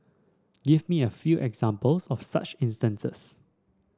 give me a few examples of such instances